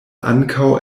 ankaŭ